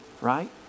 right